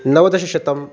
नवदशशतम्